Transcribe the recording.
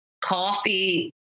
coffee